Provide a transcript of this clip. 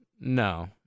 No